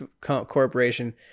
Corporation